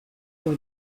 for